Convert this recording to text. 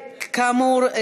כאמור,